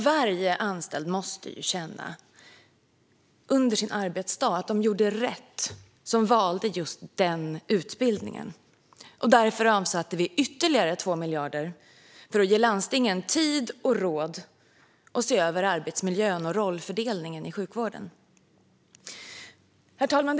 Varje anställd måste under sin arbetsdag känna att det var rätt att välja just den utbildningen. Därför avsatte vi ytterligare 2 miljarder för att ge landstingen tid och råd att se över arbetsmiljön och rollfördelningen i sjukvården. Herr talman!